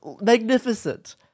magnificent